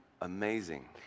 amazing